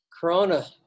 Corona